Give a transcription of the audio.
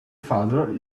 father